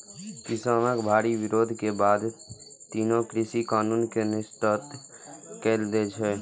किसानक भारी विरोध के बाद तीनू कृषि कानून कें निरस्त कए देल गेलै